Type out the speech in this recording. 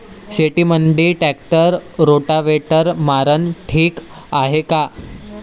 शेतामंदी tractor rotavator मारनं ठीक हाये का?